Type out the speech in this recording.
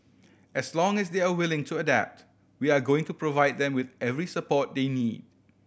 as long as they are willing to adapt we are going to provide them with every support they need